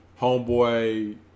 homeboy